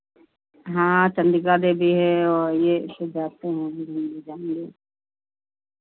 हाँ चन्द्रिका देवी है और ये से जाते हैं हम भी ले जाएँगे